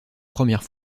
première